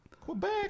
Quebec